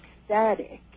ecstatic